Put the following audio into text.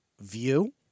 view